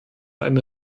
eine